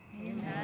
Amen